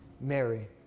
Mary